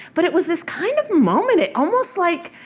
but it was this kind of moment. it almost, like,